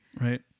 Right